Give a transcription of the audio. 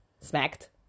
smacked